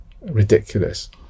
ridiculous